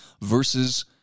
versus